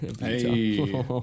Hey